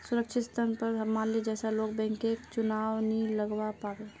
सुरक्षित ऋण स माल्या जैसा लोग बैंकक चुना नी लगव्वा पाबे